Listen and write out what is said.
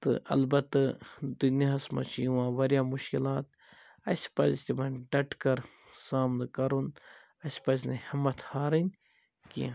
تہٕ البَتہٕ دُنیاہَس مَنٛز چھِ یِوان واریاہ مُشکِلات اسہِ پَزِ تمن ڈَٹ کر سامنہٕ کَرُن اسہِ پَزِ نہٕ ہمت ہارٕنۍ کیٚنٛہہ